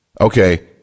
Okay